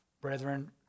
brethren